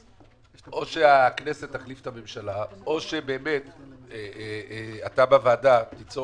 או שהכנסת תחליף את הממשלה או שאתה בוועדה תיצור